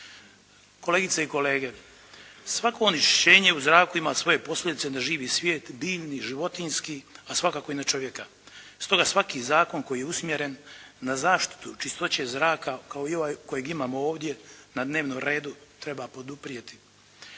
Kolegice i kolege! Svako onečišćenje u zraku ima svoje posljedice na živi svijet, biljni, životinjski a svakako i na čovjeka. Stoga svaki zakon koji je usmjeren na zaštitu čistoće zraka kao i ovaj kojeg imamo ovdje na dnevnom redu treba poduprijeti.